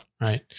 Right